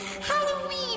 Halloween